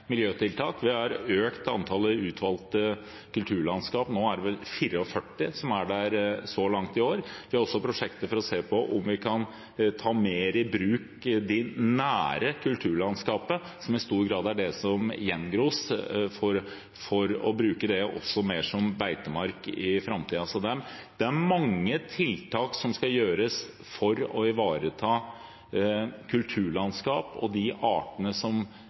miljøtiltak. Vi har økt antallet utvalgte kulturlandskap; nå er det vel 44 så langt i år. Vi har også prosjekter for å se på om vi kan ta de nære kulturlandskapene mer i bruk, som i stor grad er de som gjengros, for også å bruke dem mer som beitemark i framtiden. Det er mange tiltak som skal gjøres for å ivareta kulturlandskap og artene som